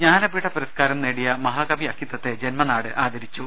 ജ്ഞാനപീഠ പുരസ്കാരം നേടിയ മഹാകവി അക്കിത്തത്തെ ജന്മ നാട് ആദരിച്ചു